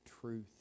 truth